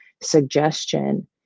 suggestion